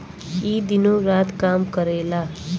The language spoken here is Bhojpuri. ई दिनो रात काम करेला